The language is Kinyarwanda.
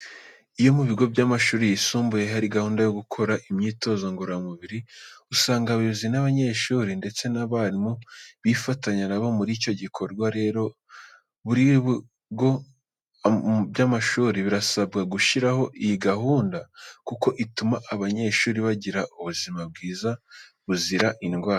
Iyo mu bigo by'amashuri yisumbuye hari gahunda yo gukora imyitozo ngororamubiri, usanga abayobozi b'abanyeshuri ndetse n'abarimu bifatanya na bo muri icyo gikorwa. Rero, buri bigo by'amashuri birasabwa gushyiraho iyi gahunda kuko ituma abanyeshuri bagira ubuzima bwiza buzira indwara.